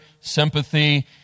sympathy